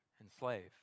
enslave